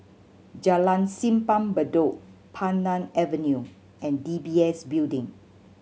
Jalan Simpang Bedok Pandan Avenue and D B S Building